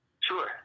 Sure